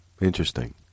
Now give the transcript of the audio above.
Interesting